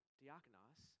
diakonos